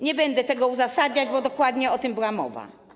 Nie będę tego uzasadniać, bo dokładnie o tym była mowa.